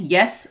Yes